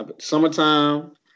Summertime